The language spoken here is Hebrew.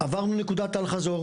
עברנו את נקודת האל-חזור.